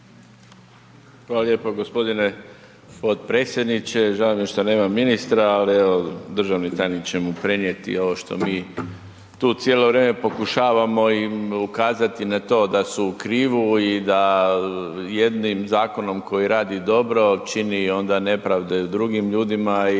Hvala lijepo gospodine potpredsjedniče, žao mi je što nema ministra, ali evo, državni tajnik će mu prenijeti ovo što mi tu cijelo vrijeme pokušavamo i ukazati na to da su u krivu i da jednim zakonom koji radi dobro čini onda nepravdu drugim ljudima.